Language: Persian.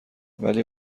ولی